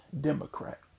Democrat